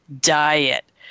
diet